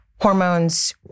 hormones